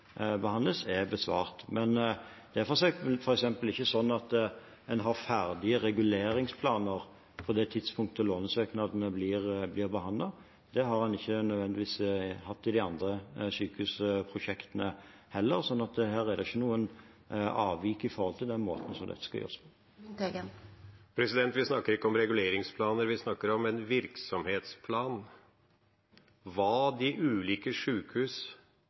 behandles, er besvart. Men det er f.eks. ikke slik at en har ferdige reguleringsplaner på det tidspunktet lånesøknadene blir behandlet. Det har en ikke nødvendigvis hatt i de andre sykehusprosjektene heller, så her er det ikke noe avvik når det gjelder måten dette skal gjøres på. Vi snakker ikke om reguleringsplaner. Vi snakker om en virksomhetsplan – hva de ulike